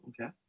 Okay